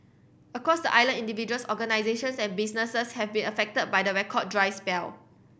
across the island individuals organisations and businesses have been affected by the record dry spell